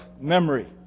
memory